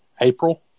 April